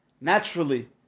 naturally